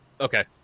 Okay